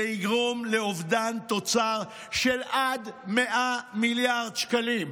זה יגרום לאובדן תוצר של עד 100 מיליארד שקלים.